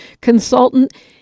consultant